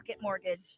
Mortgage